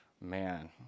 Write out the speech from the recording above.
man